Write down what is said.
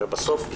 בסוף,